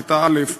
בכיתה א',